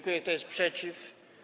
Kto jest przeciw?